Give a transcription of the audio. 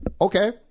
Okay